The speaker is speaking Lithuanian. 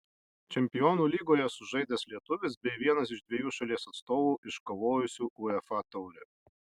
čempionų lygoje sužaidęs lietuvis bei vienas iš dviejų šalies atstovų iškovojusių uefa taurę